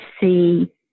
see